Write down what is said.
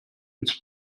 ins